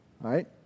Right